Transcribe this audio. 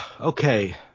Okay